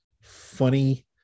funny